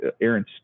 Aaron